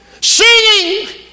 singing